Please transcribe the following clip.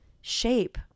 shape